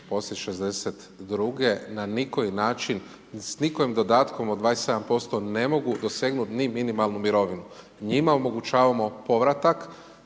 poslije '62. na nikoji način sa nikojim dodatkom od 27% ne mogu dosegnuti ni minimalnu mirovinu, njima omogućavamo povratak